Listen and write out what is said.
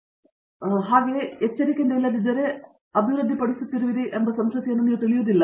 ಪ್ರತಾಪ್ ಹರಿಡೋಸ್ ಹಾಗಾದರೆ ನೀವು ಎಚ್ಚರಿಕೆಯಿಂದ ಇಲ್ಲದಿದ್ದರೆ ನೀವು ಅಭಿವೃದ್ಧಿಪಡಿಸುತ್ತಿರುವಿರಿ ಎಂಬ ಸಂಸ್ಕೃತಿಯನ್ನು ನೀವು ತಿಳಿದಿರುವುದಿಲ್ಲ